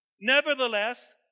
Nevertheless